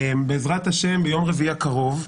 בעזרת השם, ביום רביעי הקרוב,